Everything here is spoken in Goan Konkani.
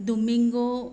दोमिंगो